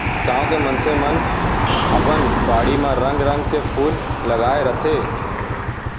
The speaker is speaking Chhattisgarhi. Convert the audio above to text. गॉंव के मनसे मन अपन बाड़ी म रंग रंग के फूल लगाय रथें